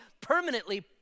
permanently